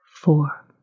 four